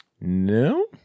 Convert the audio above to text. No